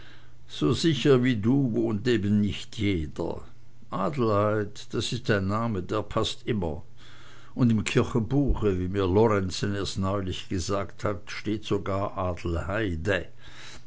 so sicher wie du wohnt eben nicht jeder adelheid das ist ein name der paßt immer und im kirchenbuche wie mir lorenzen erst neulich gezeigt hat steht sogar adelheide